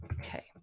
okay